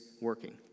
working